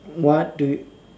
what do